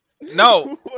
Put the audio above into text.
No